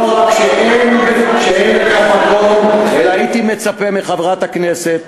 לא רק שאין לכך מקום, אלא הייתי מצפה מחברת הכנסת